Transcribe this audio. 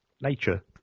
nature